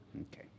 Okay